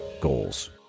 goals